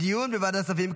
--- דיון בוועדת הכספים.